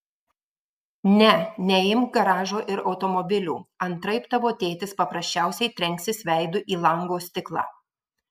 ne neimk garažo ir automobilių antraip tavo tėtis paprasčiausiai trenksis veidu į lango stiklą